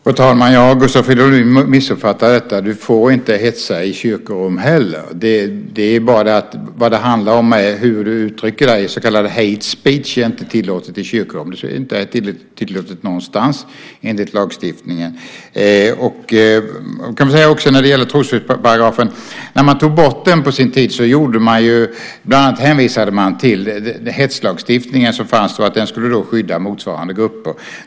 Fru talman! Gustav Fridolin missuppfattar detta. Du får inte hetsa i kyrkorum heller. Det handlar om hur du uttrycker dig; så kallat hate speech är inte tillåtet i kyrkorum. Det är inte tillåtet någonstans enligt lagstiftningen. När man tog bort trosfridsparagrafen på sin tid hänvisade man bland annat till hetslagstiftningen som fanns då och att den skulle skydda motsvarande grupper.